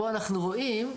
פה אנחנו רואים,